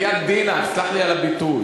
בחייאת דינכ, סלח לי על הביטוי.